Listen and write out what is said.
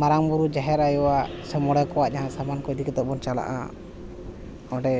ᱢᱟᱨᱟᱝ ᱵᱩᱨᱩ ᱡᱟᱦᱮᱨ ᱟᱭᱩᱣᱟᱜ ᱥᱮ ᱢᱚᱬᱮ ᱠᱚᱣᱟᱜ ᱥᱟᱢᱟᱱ ᱤᱫᱤ ᱠᱟᱛᱮᱫ ᱵᱚᱱ ᱪᱟᱞᱟᱜᱼᱟ ᱚᱸᱰᱮ